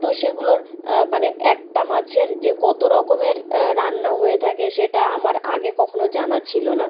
তো সেগুলোর মানে একটা মাছের যে কতো রকমের রান্না হয়ে থাকে সেটা আমার আগে কখনো জানা ছিলো না